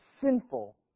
sinful